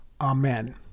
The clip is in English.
Amen